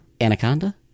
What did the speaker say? Anaconda